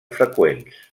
freqüents